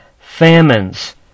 Famines